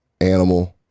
animal